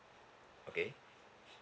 okay